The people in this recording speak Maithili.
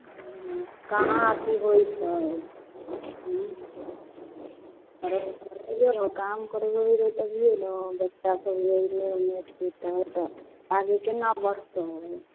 हूँ कहाँ अथी होयत छै उँ आरो कहिऔ ने काम करबेबै तभिए ने बच्चा सब जे एन्ने ओन्ने खेलै हए तऽ आगे केना बढ़तै